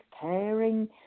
caring